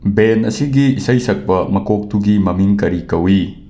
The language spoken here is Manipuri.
ꯕꯦꯟ ꯑꯁꯤꯒꯤ ꯏꯁꯩ ꯁꯛꯄ ꯃꯀꯣꯛꯇꯨꯒꯤ ꯃꯃꯤꯡ ꯀꯔꯤ ꯀꯧꯏ